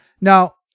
Now